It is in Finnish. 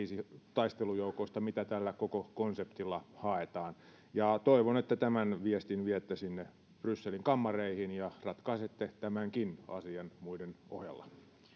taistelujoukoista mitä tällä koko konseptilla haetaan toivon että tämän viestin viette sinne brysselin kammareihin ja ratkaisette tämänkin asian muiden ohella